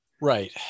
Right